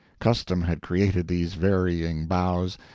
custom had created these varying bows,